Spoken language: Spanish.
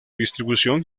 distribución